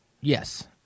Yes